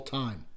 time